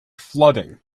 flooding